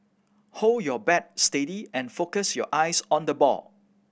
hold your bat steady and focus your eyes on the ball